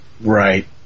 Right